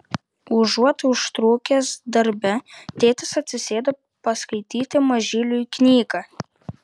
užuot užtrukęs darbe tėtis atsisėda paskaityti mažyliui knygą